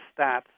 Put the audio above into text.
stats